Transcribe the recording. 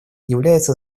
является